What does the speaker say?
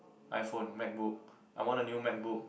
iPhone MacBook I want a new MacBook